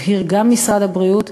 הבהיר משרד הבריאות,